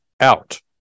out